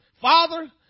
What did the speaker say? Father